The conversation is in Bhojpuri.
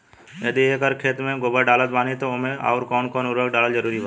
यदि एक एकर खेत मे गोबर डालत बानी तब ओमे आउर् कौन कौन उर्वरक डालल जरूरी बा?